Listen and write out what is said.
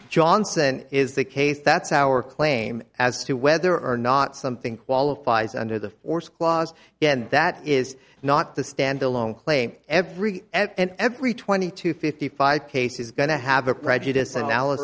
johnson is the case that's our claim as to whether or not something qualifies under the force clause again that is not the stand alone claim every and every twenty to fifty five case is going to have a prejudice and alan